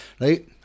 right